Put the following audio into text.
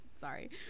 sorry